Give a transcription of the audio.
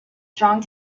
strong